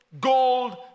Gold